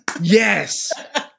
Yes